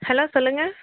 hello சொல்லுங்கள்